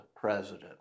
president